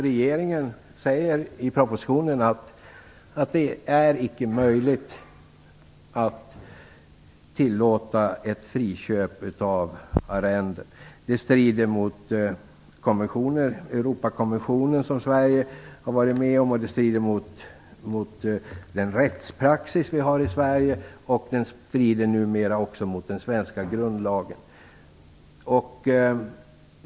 Regeringen säger i propositionen att det icke är möjligt att tillåta friköp av arrenden. Det strider mot Europakonventionen, som gäller i Sverige, och det strider mot den rättspraxis vi har i Sverige. Det strider numera också mot den svenska grundlagen.